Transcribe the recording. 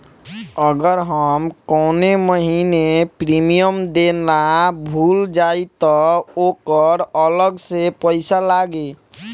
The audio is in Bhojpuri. अगर हम कौने महीने प्रीमियम देना भूल जाई त ओकर अलग से पईसा लागी?